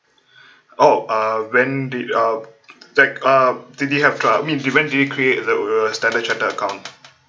oh uh when the uh tech uh did you have uh I mean when did you create your uh standard chartered account